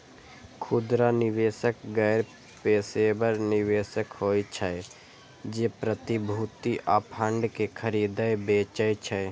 खुदरा निवेशक गैर पेशेवर निवेशक होइ छै, जे प्रतिभूति आ फंड कें खरीदै बेचै छै